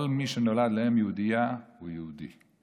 כל מי שנולד לאם יהודייה הוא יהודי,